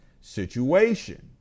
situation